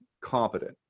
competent